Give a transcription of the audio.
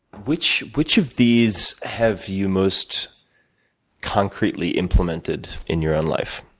which which of these have you most concretely implemented in your and life,